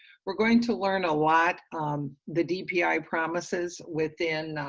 we're going to learn a lot on the dpi promises within,